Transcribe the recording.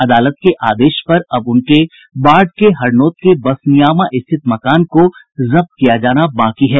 अदालत के आदेश पर अब उनके बाढ़ के हरनौत के बसनियामा स्थित मकान को जब्त किया जाना बाकी है